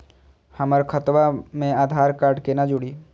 हमर खतवा मे आधार कार्ड केना जुड़ी?